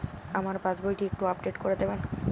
আমার পাসবই টি একটু আপডেট করে দেবেন?